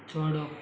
छोड़ो